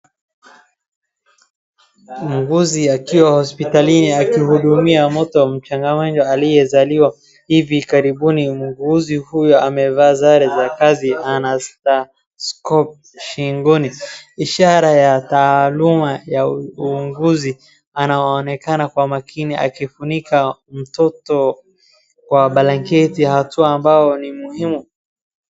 muuguzi akiwa hospitalini akihudumia mtoto mchanga mno aliyezaliwa hivi karibuni, muuguzi huyu amevaa sare za kazi anavaa scarf shingoni, ishara ya taaluma ya uuguzi anaonekana kwa makini akifunika mtoto kwa blanketi, hatua ambayo ni muhimu.